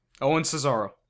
Owen-Cesaro